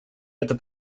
это